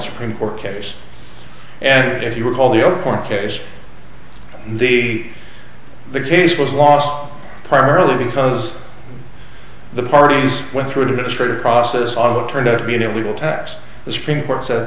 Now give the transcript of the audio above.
supreme court case and if you recall the zero point case the the case was lost primarily because the parties went through administrative process on turned out to be an illegal taps the supreme court said